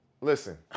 Listen